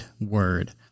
word